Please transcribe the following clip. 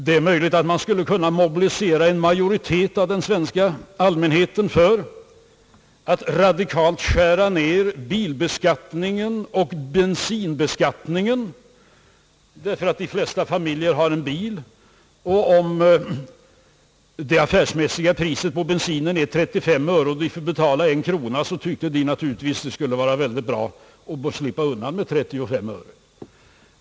Det är också möjligt att man skulle kunna mobilisera en majoritet av den svenska allmänheten för att radikalt skära ned bilbeskattningen och bensinbeskattningen därför att de flesta familjer har en bil. När det affärsmässiga priset på bensinen är 35 öre men man får betala 1 krona tycker naturligtvis konsumenterna att det skulle vara väldigt bra att slippa undan med 35 öre.